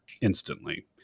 instantly